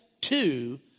two